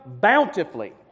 bountifully